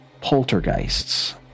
poltergeists